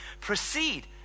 proceed